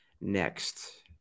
Next